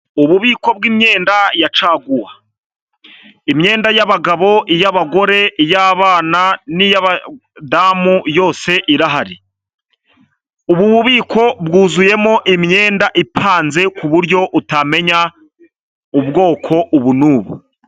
Ububiko bw'imyenda ya caguwa, imyenda y'abagabo, iy'abagore, iy'abana ni iy'abadamu yose irahari, ububiko bwuzuyemo imyenda ipanze kuburyo utamenya ubwoko ubu nubu.